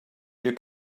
you